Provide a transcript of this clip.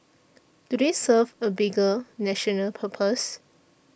do they serve a bigger national purpose